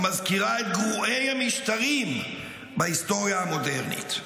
המזכירה את גרועי המשטרים בהיסטוריה המודרנית?